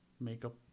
makeup